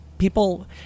People